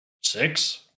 Six